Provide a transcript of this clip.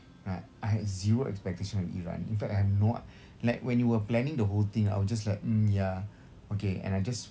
I I had zero expectation of iran in fact I'm not like when you were planning the whole thing I will just like mm ya okay and I just